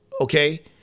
okay